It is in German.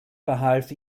verhalf